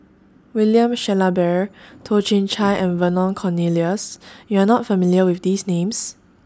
William Shellabear Toh Chin Chye and Vernon Cornelius YOU Are not familiar with These Names